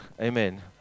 Amen